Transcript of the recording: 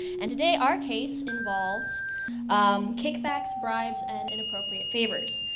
and today, our case involves um kickbacks, bribes, and inappropriate favors.